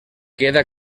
queda